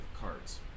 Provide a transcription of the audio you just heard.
cards